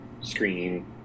screen